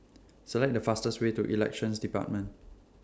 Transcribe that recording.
Select The fastest Way to Elections department